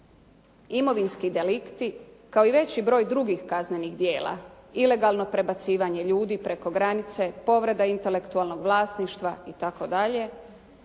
imovinski delikti kao i veći broj drugih kaznenih djela, ilegalno prebacivanje ljudi preko granice, povreda intelektualnog vlasništva itd.